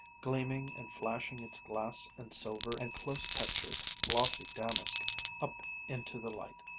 gleaming and flashing its glass and silver and close-textured glossy damask up into the light.